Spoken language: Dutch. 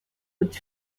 het